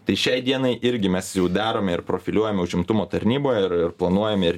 tai šiai dienai irgi mes jau derame ir profiliuojame užimtumo tarnyboj ir ir planuojame ir